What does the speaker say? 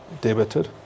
debited